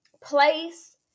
place